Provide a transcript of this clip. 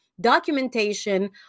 documentation